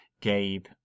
Gabe